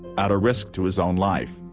at a risk to his own life,